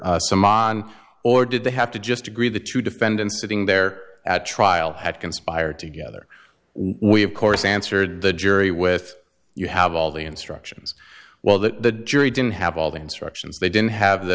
mr sum on or did they have to just agree the true defendant sitting there at trial had conspired together we of course answered the jury with you have all the instructions well the jury didn't have all the instructions they didn't have the